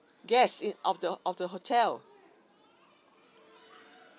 guests in of the of the hotel